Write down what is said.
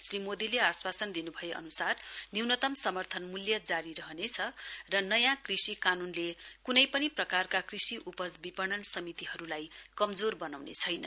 श्री मोदीले आश्वासन दिनु भए अनुसार न्यूनतम समर्थन मूल्य जारी रहनेछ र नयाँ कृषि कानूनले कुनै पनि प्रकारका कृषि उपज विधणन समितिलाई कमजोर बनाउने छैन